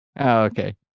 Okay